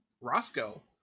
roscoe